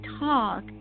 talk